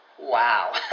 Wow